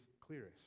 clearest